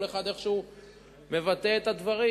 כל אחד איך שהוא מבטא את הדברים.